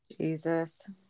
Jesus